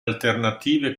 alternative